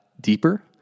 deeper